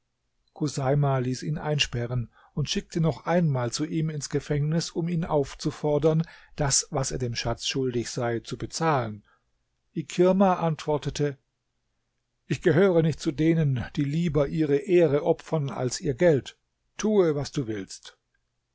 chuseima ließ ihn einsperren und schickte noch einmal zu ihm ins gefängnis um ihn aufzufordern das was er dem schatz schuldig sei zu bezahlen ikirma antwortete ich gehöre nicht zu denen die lieber ihre ehre opfern als ihr geld tue was du willst